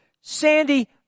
Sandy